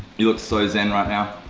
you look so zen right now.